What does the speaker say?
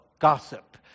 gossip